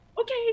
Okay